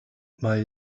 mae